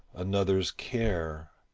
another's care.